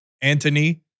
Anthony